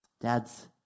Dads